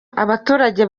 abaturage